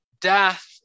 death